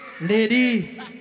lady